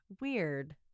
Weird